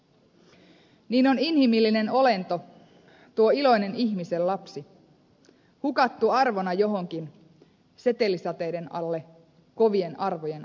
niin on inhimillinen olento tuo iloinen ihmisen lapsi hukattu arvona johonkin setelisateiden alle kovien arvojen ahdinkoon